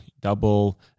double